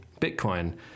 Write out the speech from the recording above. Bitcoin